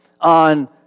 on